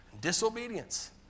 disobedience